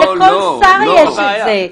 לכל שר יש את זה.